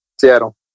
Seattle